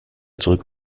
zurück